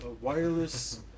wireless